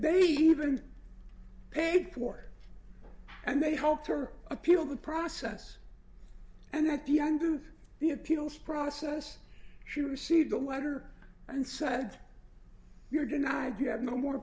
they even paid for and they helped her appeal the process and that the under the appeals process she received the letter and said you're denied you have no more